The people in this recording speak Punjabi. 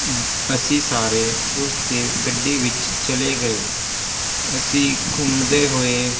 ਅਸੀਂ ਸਾਰੇ ਉਸ ਦੀ ਗੱਡੀ ਵਿਚ ਚਲੇ ਗਏ ਅਸੀਂ ਘੁੰਮਦੇ ਹੋਏ